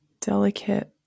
delicate